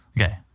Okay